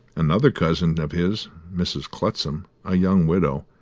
another cousin of his, mrs. clutsam, a young widow,